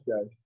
guys